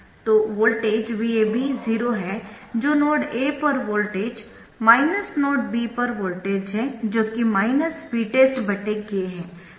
तो voltage VAB 0 है जो नोड A पर वोल्टेज नोड B पर वोल्टेज है जो कि माइनस Vtest k है